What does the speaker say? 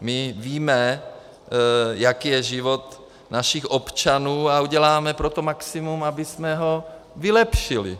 My víme, jaký je život našich občanů, a uděláme pro to maximum, abychom ho vylepšili.